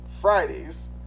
Fridays